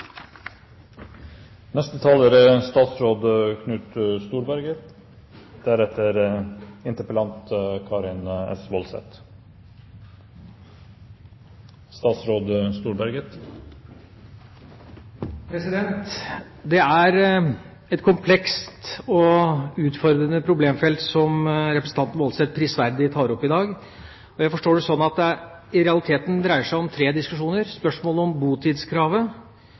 Det er et komplekst og utfordrende problemfelt som representanten Woldseth prisverdig tar opp i dag. Jeg forstår det slik at det i realiteten dreier seg om tre diskusjoner: spørsmålet om botidskravet,